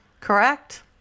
Correct